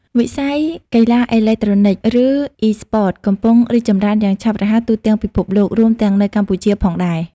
វិស័យកីឡាអេឡិចត្រូនិក ឬ អុីស្ព័ត កំពុងរីកចម្រើនយ៉ាងឆាប់រហ័សទូទាំងពិភពលោក រួមទាំងនៅកម្ពុជាផងដែរ។